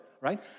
right